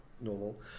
normal